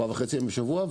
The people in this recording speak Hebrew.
ארבעה וחצי ימים בשבוע,